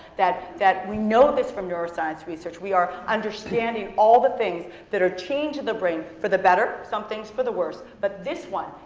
that that we know this from neuroscience research, we are understanding all the things that are changing the brain for the better, some things for the worse. but this one,